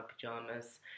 pajamas